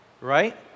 right